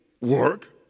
work